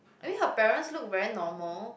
I mean her parents look very normal